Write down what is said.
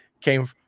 came